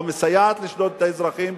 או מסייעת לשדוד את האזרחים,